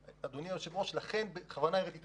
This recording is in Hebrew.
אדוני היושב-ראש, זה